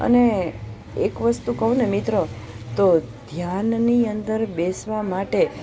અને એક વસ્તુ કહુને મિત્ર તો ધ્યાનની અંદર બેસવા માટે